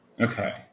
Okay